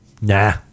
nah